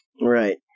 Right